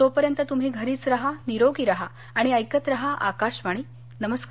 तोपर्यंत तृम्ही घरीच रहा निरोगी रहा आणि ऐकत रहा आकाशवाणी नमस्कार